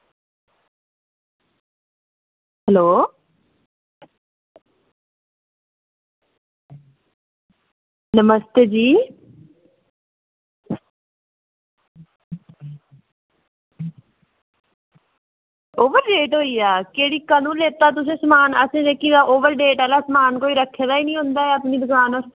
hello नमस्ते जी over date होई गेआ केह्ड़ी कदूं लेता तुसें समान असें जेह्की दा ओवर डेट आह्ला समान कोई रक्खे दा ई निं होंदा ऐ अपनी दकान उप्पर